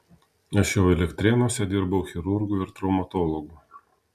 aš jau elektrėnuose dirbau chirurgu ir traumatologu